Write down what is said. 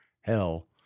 hell